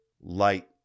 light